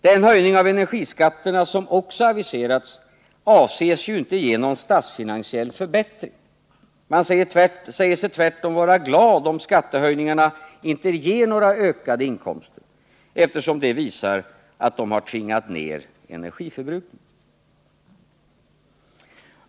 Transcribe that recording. Den höjning av energiskatterna som också aviserats avses ju inte ge någon statsfinansiell förbättring. Man säger sig tvärtom vara glad om skattehöjningarna inte ger några ökade inkomster, eftersom det visar att de har tvingat ned energiförbrukningen.